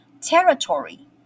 Territory